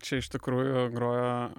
čia iš tikrųjų grojo